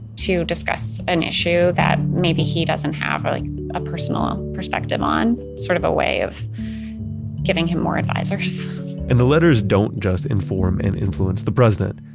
to discuss an issue that maybe he doesn't have like a personal perspective on sort of a way of giving him more advisors and the letters don't just inform and influence the president.